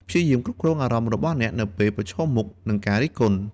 ព្យាយាមគ្រប់គ្រងអារម្មណ៍របស់អ្នកនៅពេលប្រឈមមុខនឹងការរិះគន់។